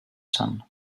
sun